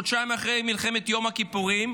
חודשיים אחרי מלחמת יום הכיפורים,